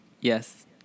Yes